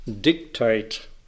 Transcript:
dictate